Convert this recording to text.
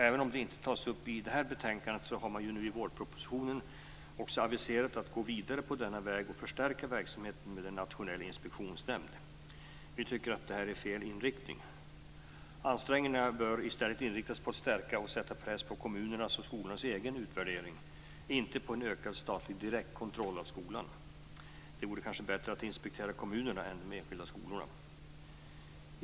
Även om det inte tas upp i detta betänkande har regeringen i vårpropositionen aviserat att gå vidare på denna väg och förstärka verksamheten med en nationell inspektionsnämnd. Vi tycker att det är fel inriktning. Ansträngningarna bör i stället inriktas på att stärka och sätta press på kommunernas och skolornas egen utvärdering, inte på en ökad statlig direktkontroll av skolan. Det vore kanske bättre att inspektera kommunerna än de enskilda skolorna.